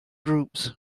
groups